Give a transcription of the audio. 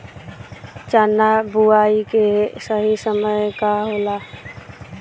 चना बुआई के सही समय का होला?